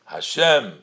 HaShem